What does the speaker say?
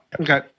Okay